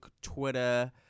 Twitter